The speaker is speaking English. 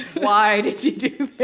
why did you do